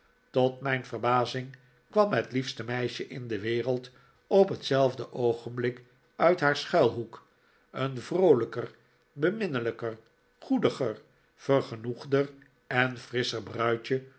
tot mijn verbazing kwam het liefste meisje in de wereld op hetzelfde oogenblik uit haar schuilhoek een vroolijker beminnelijker goediger vergenoegder en frisscher bruidje